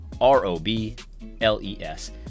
R-O-B-L-E-S